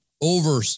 over